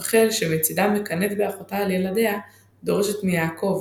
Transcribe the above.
רחל, שמצדה מקנאת באחותה על ילדיה, דורשת מיעקב